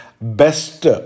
Best